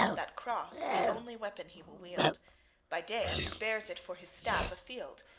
that cross the only weapon he will wield by day he bears it for his staff afield,